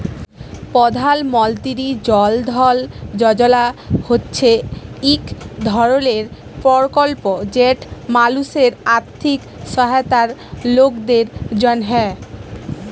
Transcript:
পধাল মলতিরি জল ধল যজলা হছে ইক ধরলের পরকল্প যেট মালুসের আথ্থিক সহায়তার লকদের জ্যনহে